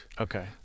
Okay